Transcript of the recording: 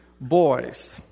boys